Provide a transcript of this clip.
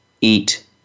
eat